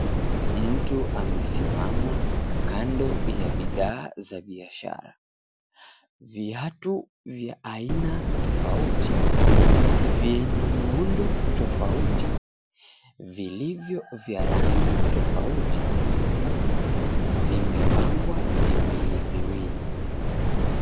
Mtu amesimama kando ya bidhaa za biashara. Viatu vya aina tofauti vyenye muundo tofauti vilivyo vya rangi tofauti vimepangwa viwili viwili.